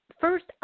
First